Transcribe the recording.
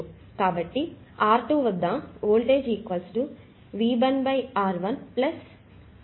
కాబట్టి R2 వద్ద voltage V R1 R2 I V